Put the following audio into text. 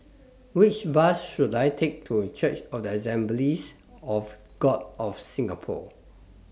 Which Bus should I Take to Church of The Assemblies of God of Singapore